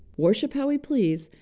worship how we please,